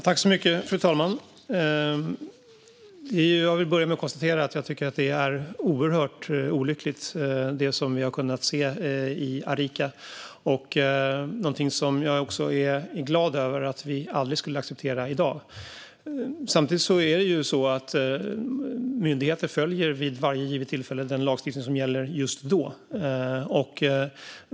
Fru talman! Jag vill börja med att konstatera att jag tycker att det vi har kunnat se i Arica är oerhört olyckligt,. Jag är glad över att det är något som vi aldrig skulle acceptera i dag. Samtidigt är det så att myndigheter vid varje givet tillfälle följer den lagstiftning som gäller just då.